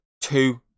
two